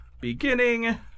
beginning